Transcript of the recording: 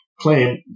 claim